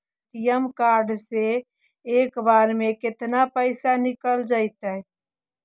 ATM card से एक बार में केतना पैसा निकल जइतै?